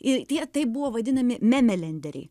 ir tie taip buvo vadinami memelenderiai